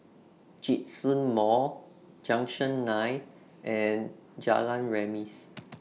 Djitsun Mall Junction nine and Jalan Remis